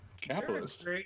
Capitalist